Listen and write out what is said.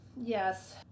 Yes